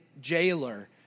Jailer